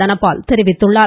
தனபால் தெரிவித்துள்ளார்